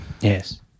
Yes